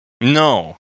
no